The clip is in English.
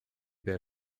their